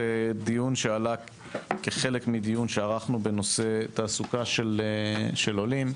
זה דיון שעלה כחלק מדיון שערכנו בנושא תעסוקה של עולים.